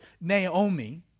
Naomi